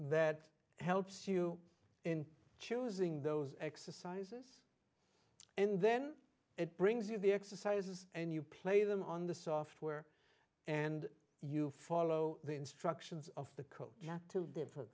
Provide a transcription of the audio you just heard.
that helps you in choosing those exercises and then it brings you the exercises and you play them on the software and you follow the instructions of the coach too